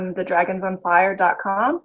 TheDragonsOnFire.com